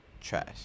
trash